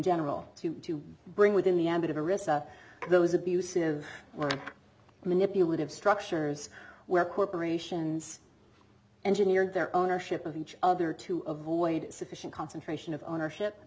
general to bring within the ambit of a risk those abusive manipulative structures where corporations engineered their ownership of each other to avoid sufficient concentration of ownership